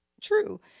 true